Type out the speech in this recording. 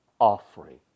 offering